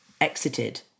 exited